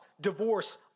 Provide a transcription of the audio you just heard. divorce